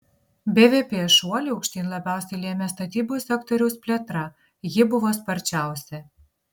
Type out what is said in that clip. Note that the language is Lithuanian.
bvp šuolį aukštyn labiausiai lėmė statybų sektoriaus plėtra ji buvo sparčiausia